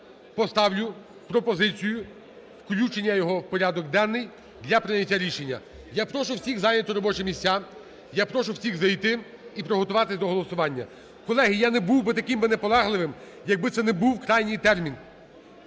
поставлю пропозицію включення його в порядок денний для прийняття рішення. Я прошу всіх зайняти робочі місця. Я прошу всіх зайти і приготуватись до голосування. Колеги, я не був би таким наполегливим, якби це не був крайній термін.